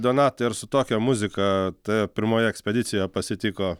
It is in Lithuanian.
donatai ar su tokia muzika ta pirmoji ekspedicija pasitiko